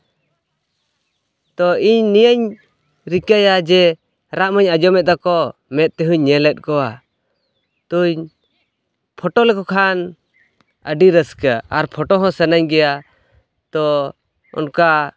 ᱛᱚ ᱤᱧ ᱱᱤᱭᱟᱹᱧ ᱨᱤᱠᱟᱹᱭᱟ ᱡᱮ ᱨᱟᱜ ᱢᱟᱹᱧ ᱟᱸᱡᱚᱢᱮᱫ ᱛᱟᱠᱚ ᱢᱮᱫ ᱛᱮᱦᱩᱧ ᱧᱮᱞᱮᱫ ᱠᱚᱣᱟ ᱛᱚᱧ ᱯᱷᱳᱴᱳ ᱞᱮᱠᱚ ᱠᱷᱟᱱ ᱟᱹᱰᱤ ᱨᱟᱹᱥᱠᱹᱟᱹ ᱟᱨ ᱯᱷᱳᱴᱳ ᱦᱚᱸ ᱥᱟᱱᱟᱧ ᱜᱮᱭᱟ ᱛᱚ ᱚᱱᱠᱟ